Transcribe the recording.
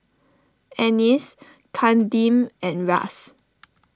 Annice Kadeem and Ras